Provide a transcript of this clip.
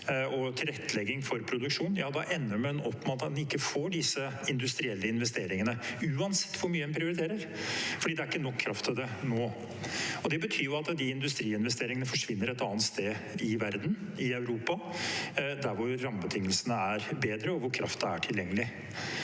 og tilrettelegging for produksjon, ender en opp med at en ikke får disse industrielle investeringene, uansett hvor mye en prioriterer, fordi det ikke er nok kraft til det nå. Det betyr jo at de industriinvesteringene forsvinner til et annet sted i verden, f.eks. Europa, der hvor rammebetingelsene er bedre, og hvor kraften er tilgjengelig.